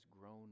grown